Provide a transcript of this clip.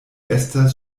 estas